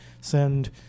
send